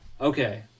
Okay